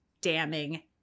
damning